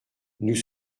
nous